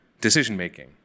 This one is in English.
decision-making